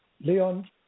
leon